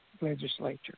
legislature